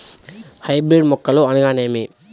Hybrid మొక్కలు అనగానేమి?